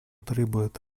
требует